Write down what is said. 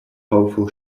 powerful